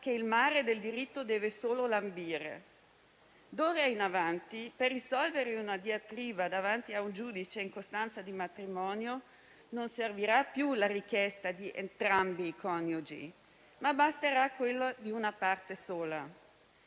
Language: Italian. che il mare del diritto deve solo lambire. D'ora in avanti, per risolvere una diatriba davanti a un giudice in costanza di matrimonio, non servirà più la richiesta di entrambi i coniugi, ma basterà quella di una parte sola.